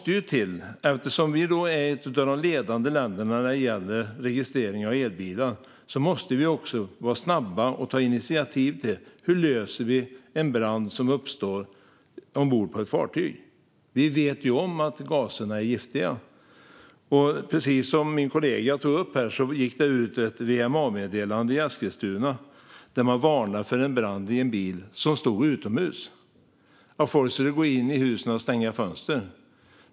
Eftersom vi är ett av de ledande länderna när det gäller registrering av elbilar måste vi också vara snabba och ta initiativ i fråga om hur vi hanterar en brand som uppstår ombord på ett fartyg. Vi vet ju om att gaserna är giftiga. Precis som min kollega tog upp gick det ut ett VMA-meddelande i Eskilstuna där det varnades för en brand i en bil som stod utomhus - folk skulle gå in i sina hus och stänga fönstren.